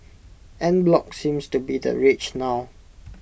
en bloc seems to be the rage now